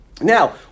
Now